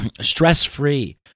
Stress-free